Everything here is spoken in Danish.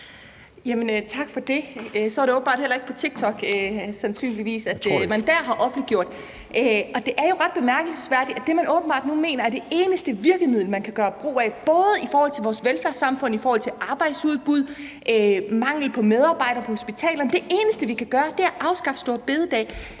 Tak for det. Så er det åbenbart heller ikke på TikTok, sandsynligvis (Alex Vanopslagh (LA): Jeg tror det ikke), man har offentliggjort det. Og det er jo ret bemærkelsesværdigt, at det, man åbenbart nu mener er det eneste virkemiddel, man kan gøre brug af, både i forhold til vores velfærdssamfund, i forhold til arbejdsudbud og i forhold til manglen på medarbejdere på hospitalerne, er at afskaffe store bededag.